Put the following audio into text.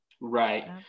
right